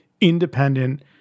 independent